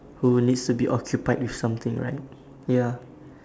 who will needs to be occupied with something right ya